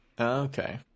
Okay